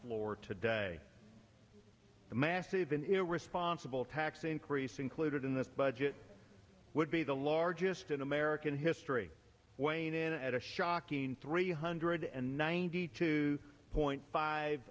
floor today the massive an irresponsible tax increase included in this budget would be the largest in american history weighing in at a shocking three hundred and ninety two point five